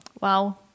Wow